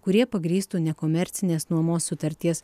kurie pagrįstų nekomercinės nuomos sutarties